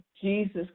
Jesus